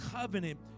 Covenant